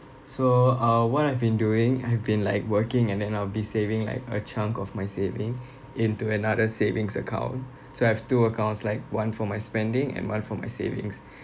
so uh what I've been doing I've been like working and then I'll be saving like a chunk of my saving into another savings account so I've two accounts like one for my spending and one for my savings